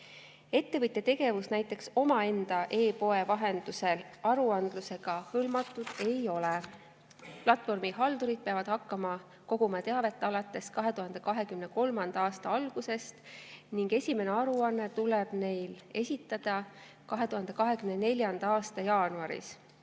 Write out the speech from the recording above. Ettevõtja tegevus näiteks omaenda e‑poe vahendusel aruandlusega hõlmatud ei ole. Platvormihaldurid peavad hakkama koguma teavet alates 2023. aasta algusest ning esimene aruanne tuleb neil esitada 2024. aasta jaanuaris.